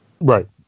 Right